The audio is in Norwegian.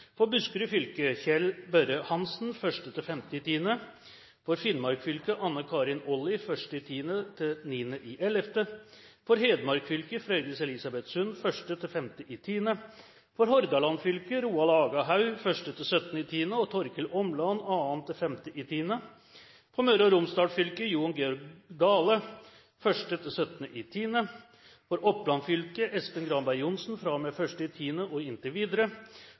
For Buskerud fylke: Kjell Børre Hansen 1.–5. oktober For Finnmark fylke: Anne Karin Olli 1. oktober–9. november For Hedmark fylke: Frøydis Elisabeth Sund 1.–5. oktober For Hordaland fylke: Roald Aga Haug 1.–17. oktober og Torkil Åmland 2.–5. oktober For Møre og Romsdal fylke: Jon Georg Dale 1.–17. oktober For Oppland fylke: Espen Granberg Johnsen fra og med 1. oktober og inntil videre